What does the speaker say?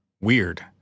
weird